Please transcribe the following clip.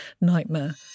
nightmare